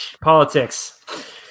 Politics